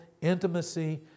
intimacy